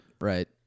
Right